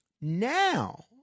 Now